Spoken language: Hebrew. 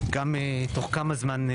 גם תוך כמה זמן,